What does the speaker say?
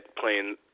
playing –